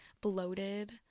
bloated